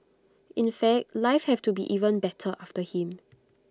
in fact life have to be even better after him